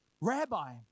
Rabbi